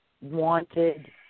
wanted